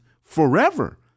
forever